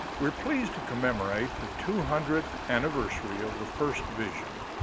we are pleased to commemorate the two hundredth anniversary of the first vision,